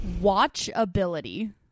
watchability